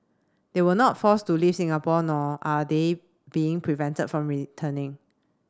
they were not forced to leave Singapore nor are they being prevented from returning